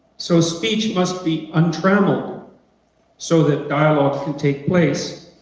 so speech must be untrammeled so that dialogue can take place,